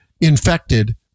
infected